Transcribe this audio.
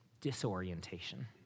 Disorientation